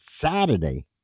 saturday